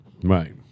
Right